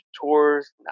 tours